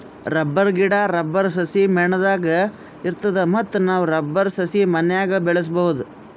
rubber ಗಿಡಾ, rubber ಸಸಿ ಮೇಣದಂಗ್ ಇರ್ತದ ಮತ್ತ್ ನಾವ್ ರಬ್ಬರ್ ಸಸಿ ಮನ್ಯಾಗ್ ಬೆಳ್ಸಬಹುದ್